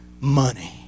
Money